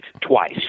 twice